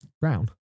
Brown